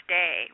day